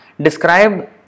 describe